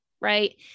right